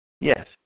Yes